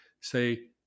Say